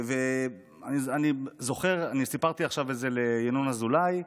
אני זוכר, אני סיפרתי את זה עכשיו לינון אזולאי,